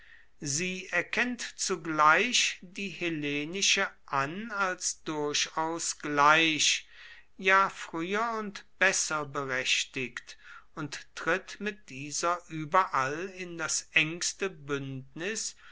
sie erkennt zugleich die hellenische an als durchaus gleich ja früher und besser berechtigt und tritt mit dieser überall in das engste bündnis